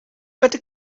better